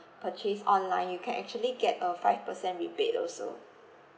purchase online you can actually get a five percent rebate also